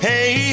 Hey